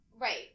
Right